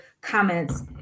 comments